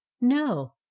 no